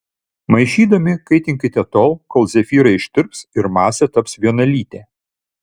maišydami kaitinkite tol kol zefyrai ištirps ir masė taps vienalytė